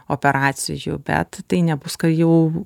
operacijų bet tai nebus ką jau